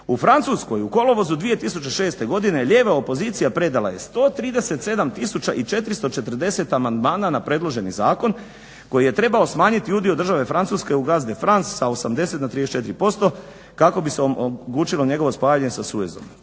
U Francuskoj u kolovozu 2006. godine lijeva opozicija predala je 137440 amandmana na predloženi zakon koji je trebao smanjiti udio Države Francuske u …/Ne razumije se./… de France sa 80 na 34% kako bi se omogućilo njegovo spajanje sa Suezom.